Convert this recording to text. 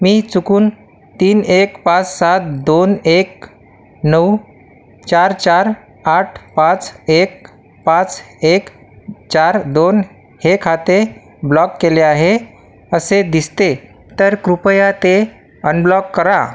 मी चुकून तीन एक पाच सात दोन एक नऊ चार चार आठ पाच एक पाच एक चार दोन हे खाते ब्लॉक केले आहे असे दिसते तर कृपया ते अनब्लॉक करा